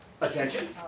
Attention